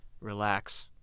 relax